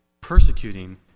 persecuting